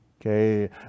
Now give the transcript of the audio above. okay